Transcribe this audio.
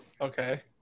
Okay